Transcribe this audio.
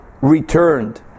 returned